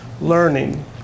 learning